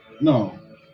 No